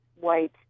white